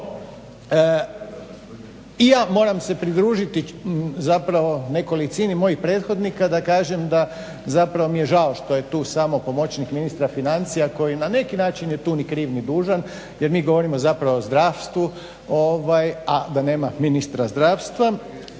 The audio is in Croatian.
i ja moram se pridružiti zapravo nekolicini mojih prethodnika da kažem da zapravo mi je žao što je tu samo pomoćnik ministra financija koji na neki način je tu ni kriv ni dužan jer mi govorimo zapravo o zdravstvu, a da nema ministra zdravstva